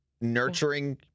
nurturing